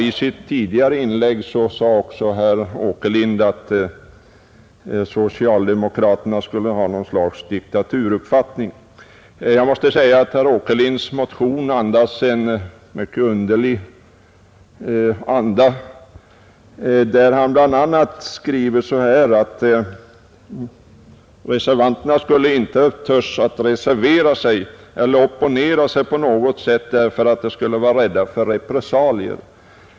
I sitt tidigare inlägg sade herr Åkerlind också att socialdemokraterna skulle ha något slags diktaturuppfattning. Jag måste säga att herr Åkerlinds motion andas en mycket underlig uppfattning. Bl. a. skriver han där att de som hade annan uppfattning inte skulle våga reservera sig eller opponera sig på något sätt därför att de skulle vara rädda för repressalier.